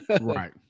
Right